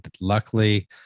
luckily